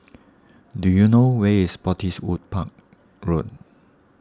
do you know where is Spottiswoode Park Road